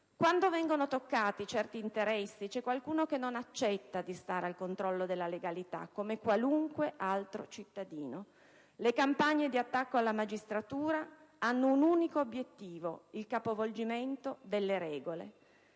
Quando vengono toccati certi interessi, qualcuno non accetta di stare al controllo della legalità come qualunque altro cittadino. Le campagne di attacco alla magistratura hanno un unico obiettivo: il capovolgimento delle regole.